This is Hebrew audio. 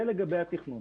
זה לגבי התכנון.